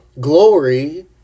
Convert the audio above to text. Glory